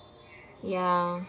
ya